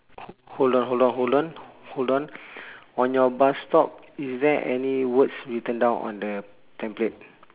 hold on hold on hold on hold on on your bus stop is there any words written down on the template